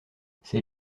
c’est